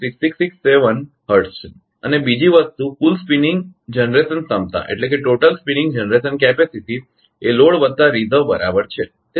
667 hertz છે અને બીજી વસ્તુ કુલ સ્પિનિંગ જનરેશન ક્ષમતા એ લોડ વત્તા રિઝર્વ બરાબર છે તે તમારા ધ્યાનમાં હોવું જોઈએ